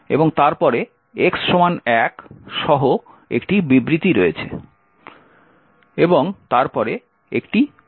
এবং তারপরে x1 সহ একটি বিবৃতি রয়েছে